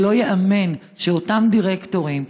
זה לא ייאמן שאותם דירקטורים,